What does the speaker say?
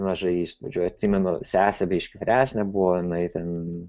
mažai įspūdžių atsimenu sesė biški vyresnė buvo jinai ten